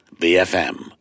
BFM